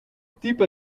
type